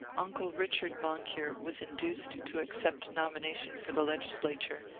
uncle richard moncure was induced to accept nomination for the legislature,